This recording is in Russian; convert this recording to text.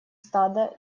стада